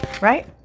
right